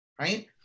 Right